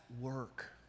work